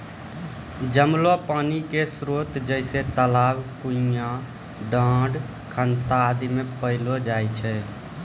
जमलो पानी क स्रोत जैसें तालाब, कुण्यां, डाँड़, खनता आदि म पैलो जाय छै